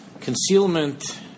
Concealment